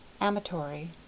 Amatory